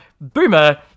boomer